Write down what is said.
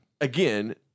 again